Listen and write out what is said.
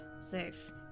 safe